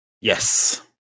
Yes